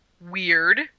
weird